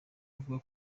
avuga